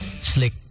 slick